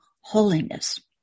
holiness